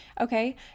okay